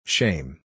Shame